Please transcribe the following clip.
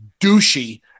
douchey